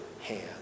hand